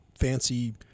fancy